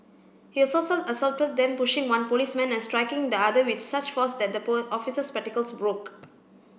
he assaulted them pushing one policeman and striking the other with such force that the officer's spectacles broke